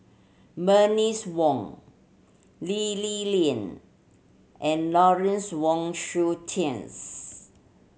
Bernice Wong Lee Li Lian and Lawrence Wong Shyun